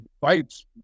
fights